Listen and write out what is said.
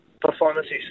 performances